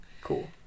cool